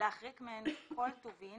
ולהרחיק מהם כל טובין